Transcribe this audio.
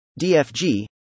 DFG